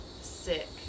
sick